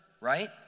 right